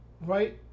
right